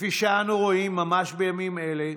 כפי שאנו רואים ממש בימים אלה,